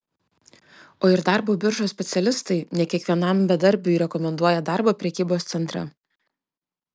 o ir darbo biržos specialistai ne kiekvienam bedarbiui rekomenduoja darbą prekybos centre